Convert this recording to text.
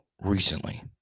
recently